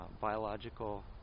Biological